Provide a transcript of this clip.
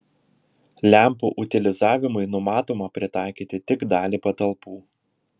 lempų utilizavimui numatoma pritaikyti tik dalį patalpų